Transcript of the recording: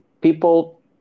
People